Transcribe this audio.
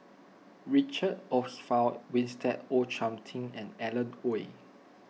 Richard Olaf Winstedt O Thiam Chin and Alan Oei